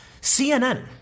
CNN